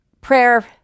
prayer